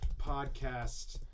podcast